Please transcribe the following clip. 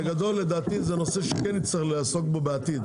בגדול לדעתי זה נושא שכן נצטרך לעסוק בו בעתיד,